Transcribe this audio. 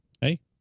Hey